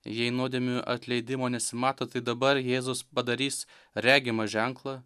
jei nuodėmių atleidimo nesimato tai dabar jėzus padarys regimą ženklą